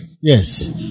Yes